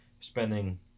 spending